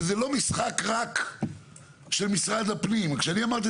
זה - חוק התכנון והבנייה( - (15) הוראת שר הפנים בדבר הסמכת מוסד